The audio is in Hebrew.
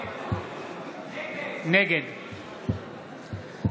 נגד סימון דוידסון, בעד אבי דיכטר, נגד